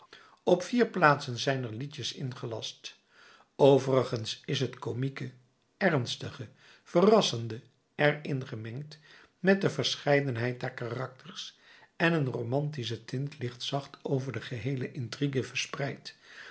op vier plaatsen zijn er liedjes ingelascht overigens is het komieke ernstige verrassende er ingemengd met de verscheidenheid der karakters en een romantische tint ligt zacht over de geheele intrigue verspreid